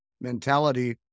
mentality